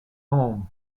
home